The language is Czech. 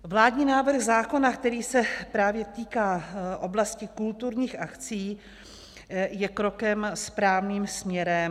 Vládní návrh zákona, který se právě týká oblasti kulturních akcí, je krokem správným směrem.